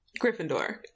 Gryffindor